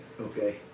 Okay